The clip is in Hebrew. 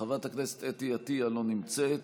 חברת הכנסת אתי עטייה, לא נמצאת,